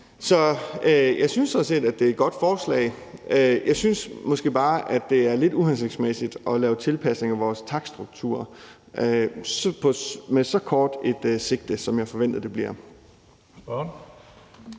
Så jeg synes sådan set, det er et godt forslag. Jeg synes måske bare, det er lidt uhensigtsmæssigt at lave tilpasninger af vores takststrukturer med så kort et sigte, som jeg forventer det bliver.